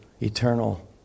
eternal